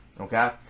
Okay